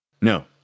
No